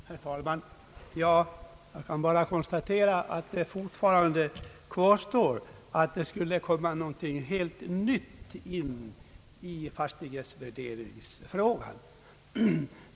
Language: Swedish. Herr talman! Jag kan bara konstatera att fortfarande kvarstår att det skulle komma något helt nytt in i fastighetsvärderingsfrågan.